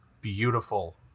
Beautiful